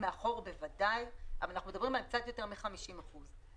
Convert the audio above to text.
מאחור בוודאי אבל אנחנו מדברים על קצת יותר מ-50 אחוזים.